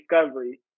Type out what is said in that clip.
Discovery